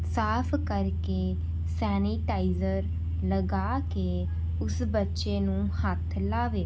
ਸਾਫ਼ ਕਰਕੇ ਸੈਨੀਟਾਈਜ਼ਰ ਲਗਾ ਕੇ ਉਸ ਬੱਚੇ ਨੂੰ ਹੱਥ ਲਗਾਵੇ